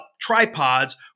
tripods